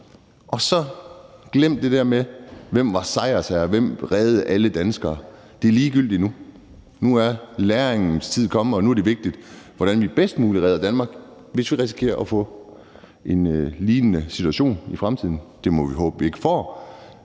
og glem det der med, hvem der var sejrsherre, og hvem der reddede alle danskere. Det er ligegyldigt nu. Nu er læringens tid kommet, og nu er det vigtigt, hvordan vi bedst muligt redder Danmark, hvis vi risikerer at få en lignende situation i fremtiden. Det må vi håbe vi ikke får,